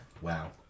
Wow